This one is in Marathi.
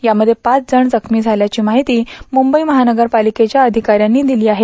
यामध्ये पाच जण जखमी झाल्याची माहिती मुंबई महानगर पालिकेच्या अधिकाऱ्यांनी दिली आहे